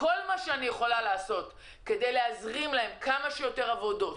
אני צריכה לעשות כל מה שביכולתי כדי להזרים להם כמה שיותר עבודות,